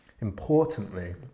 importantly